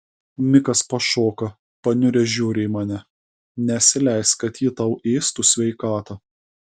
mikas pašoka paniuręs žiūri į mane nesileisk kad ji tau ėstų sveikatą